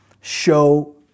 Show